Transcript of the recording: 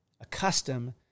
accustomed